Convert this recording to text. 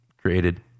created